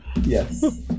Yes